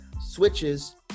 switches